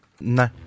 No